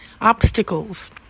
obstacles